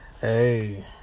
Hey